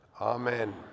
Amen